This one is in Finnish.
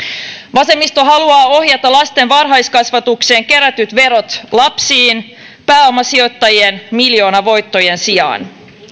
vasemmisto haluaa ohjata lasten varhaiskasvatukseen kerätyt verot lapsiin pääomasijoittajien miljoonavoittojen sijaan